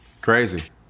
crazy